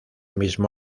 mismo